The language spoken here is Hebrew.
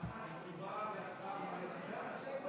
אדוני השר.